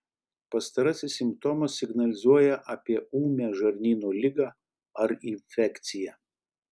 pastarasis simptomas signalizuoja apie ūmią žarnyno ligą ar infekciją